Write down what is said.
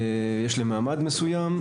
יש להם מעמד מסוים.